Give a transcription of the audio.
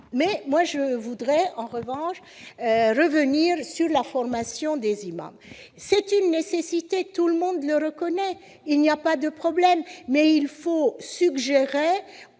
tout ! Je voudrais en revanche revenir sur la formation des imams. C'est une nécessité- tout le monde le reconnaît, il n'y a pas là de problème -, mais je suggérerai